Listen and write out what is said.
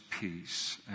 peace